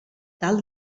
dalt